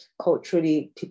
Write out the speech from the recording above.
culturally